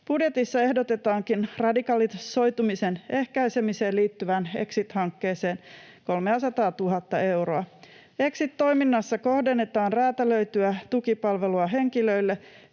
Budjetissa ehdotetaankin radikalisoitumisen ehkäisemiseen liittyvään exit-hankkeeseen 300 000:ta euroa. Exit-toiminnassa kohdennetaan räätälöityä tukipalvelua henkilöille,